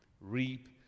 reap